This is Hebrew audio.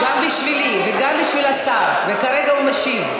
גם בשבילי, וגם בשביל השר, וכרגע הוא משיב.